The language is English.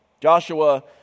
Joshua